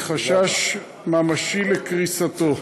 מחשש ממשי לקריסתו.